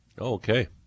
Okay